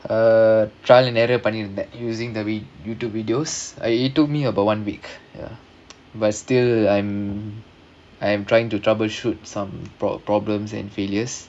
uh trial and error பண்ணிருந்தேன்:pannirunthaen using the vi~ YouTube videos uh it took me about one week ya but still I'm I'm trying to troubleshoot some prob~ problems and failures